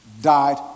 died